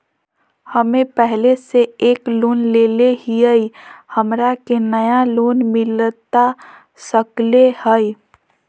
हमे पहले से एक लोन लेले हियई, हमरा के नया लोन मिलता सकले हई?